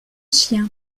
chien